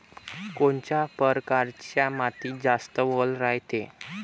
कोनच्या परकारच्या मातीत जास्त वल रायते?